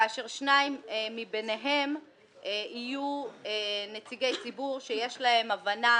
כאשר שניים מביניהם יהיו נציגי ציבור שיש להם הבנה